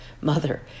mother